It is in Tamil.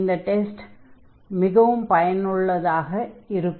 இந்த டெஸ்ட் மிகவும் பயனுள்ளதாக இருக்கும்